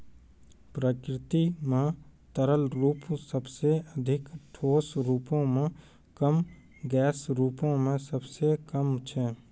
प्रकृति म तरल रूप सबसें अधिक, ठोस रूपो म कम, गैस रूपो म सबसे कम छै